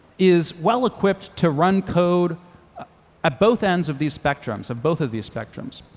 is well equipped to run code at both ends of these spectrums, of both of these spectrums.